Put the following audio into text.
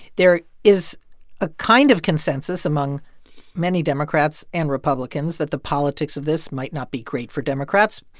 there is a kind of consensus among many democrats and republicans that the politics of this might not be great for democrats.